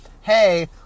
hey